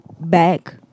back